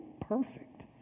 perfect